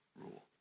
rule